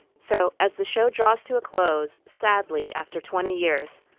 so as the show draws to a close, sadly, after twenty years,